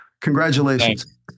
Congratulations